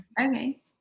Okay